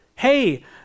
Hey